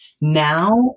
Now